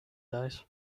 days